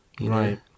Right